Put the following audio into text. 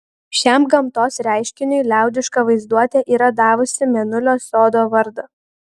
šiam gamtos reiškiniui liaudiška vaizduotė yra davusi mėnulio sodo vardą